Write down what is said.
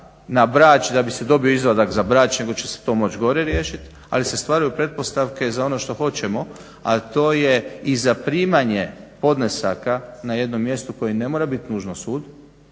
na Brač da bi se dobio izvadak za Brač nego će se to moći gore riješiti. Ali se stvaraju pretpostavke za ono što hoćemo, a to je i zaprimanje podnesaka na jednom mjestu koje ne mora biti nužno sud